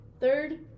Third